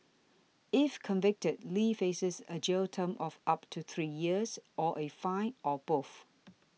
if convicted Lee faces a jail term of up to three years or a fine or both